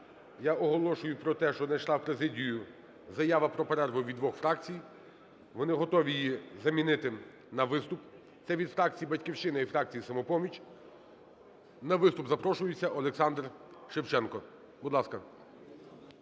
я оголошую про те, що надійшла у президію заява про перерву від двох фракцій, вони готові її замінити на виступ, це від фракції "Батьківщина" і фракції "Самопоміч". На виступ запрошується Олександр Шевченко. Будь ласка.